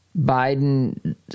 Biden